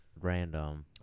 random